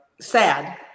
sad